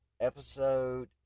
episode